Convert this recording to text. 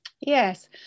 yes